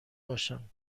باشم